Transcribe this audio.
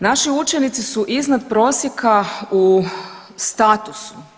Naši učenici su iznad prosjeka u statusu.